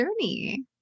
journey